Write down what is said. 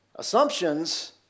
Assumptions